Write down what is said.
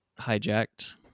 hijacked